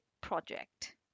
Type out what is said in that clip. project